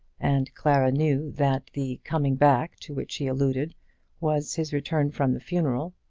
and clara knew that the coming back to which he alluded was his return from the funeral.